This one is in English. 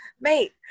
Mate